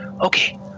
Okay